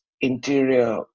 interior